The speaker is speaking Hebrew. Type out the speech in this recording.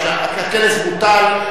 בוטל,